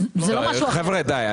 חברים, די.